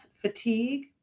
fatigue